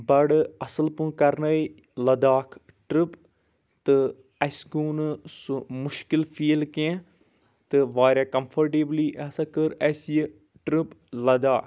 بڑٕ اصل پہٕ کرنٲے لداخ ٹرٕپ تہٕ اسہِ گوٚو نہٕ سُہ مُشکِل فیٖل کیٛنٚہہ تہٕ واریاہ کمفٲٹِیبلی ہسا کٔر اسہِ یہِ ٹرٕپ لداخ